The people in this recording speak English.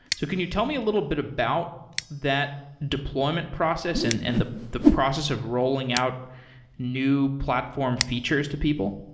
so can you tell me a little bit about that deployment process and and the the process of rolling out new platform features to people?